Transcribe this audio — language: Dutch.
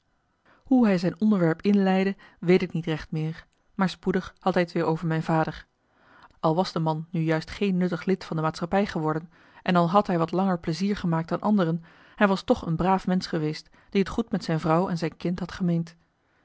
hoe hij zijn onderwerp inleidde weet ik niet recht meer maar spoedig had hij t weer over mijn vader al was de man nu juist geen nuttig lid van de maatschappij geworden en al had hij wat langer plezier gemaakt dan anderen hij was toch een braaf mensch geweest die t goed met zijn vrouw en zijn kind had gemeend